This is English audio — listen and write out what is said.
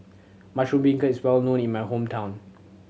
mushroom beancurd is well known in my hometown